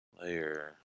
Layer